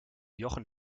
jochen